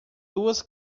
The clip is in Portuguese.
duas